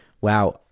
wow